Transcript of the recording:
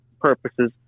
purposes